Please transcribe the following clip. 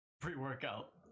pre-workout